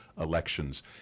elections